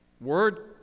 Word